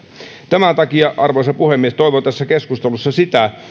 tämän takia arvoisa puhemies toivon tässä keskustelussa sitä